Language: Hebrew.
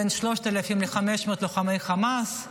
בין 3,000 ל-5,000 לוחמי חמאס.